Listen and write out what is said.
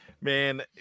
Man